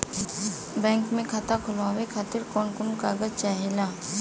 Bank मे खाता खोलवावे खातिर कवन कवन कागज चाहेला?